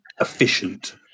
efficient